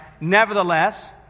nevertheless